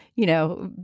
you know,